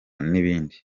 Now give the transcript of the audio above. nibindi